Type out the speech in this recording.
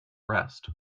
rest